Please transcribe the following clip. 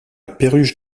perruche